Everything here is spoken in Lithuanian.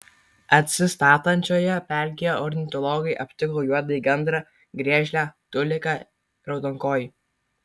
atsistatančioje pelkėje ornitologai aptiko juodąjį gandrą griežlę tuliką raudonkojį